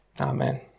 Amen